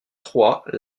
trois